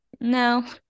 No